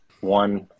one